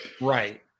right